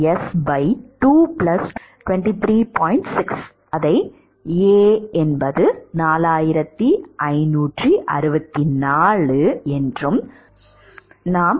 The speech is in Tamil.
6 ஐ வைத்து கண்டுபிடிக்கலாம்